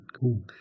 cool